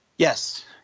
Yes